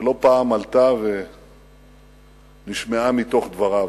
שלא פעם עלתה ונשמעה מתוך דבריו.